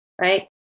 right